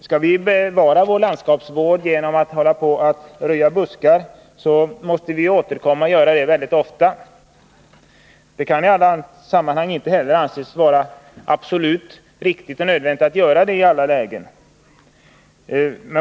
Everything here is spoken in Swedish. Skall vi bedriva vår landskapsvård genom att hålla på och röja buskar måste vi göra det väldigt ofta, och det kan inte i alla lägen anses absolut riktigt att göra det.